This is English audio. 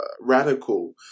radical